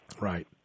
Right